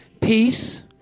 peace